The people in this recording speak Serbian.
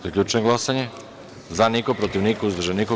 Zaključujem glasanje: za – niko, protiv – niko, uzdržanih – nema.